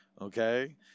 okay